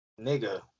nigga